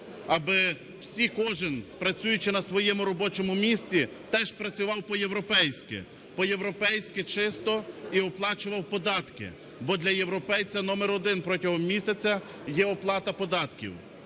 аби всі, кожен, працюючи на своєму робочому місці, теж працював по-європейськи . По-європейськи чисто і оплачував податки, бо для європейця номер один протягом місяця є оплата податків.